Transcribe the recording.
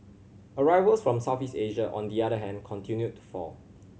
arrivals from Southeast Asia on the other hand continued to fall